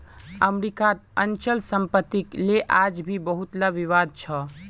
अमरीकात अचल सम्पत्तिक ले आज भी बहुतला विवाद छ